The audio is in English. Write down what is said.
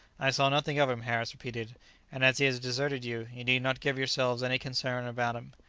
i saw nothing of him, harris repeated and as he has deserted you, you need not give yourselves any concern about him.